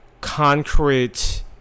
concrete